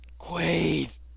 Quaid